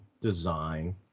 design